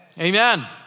amen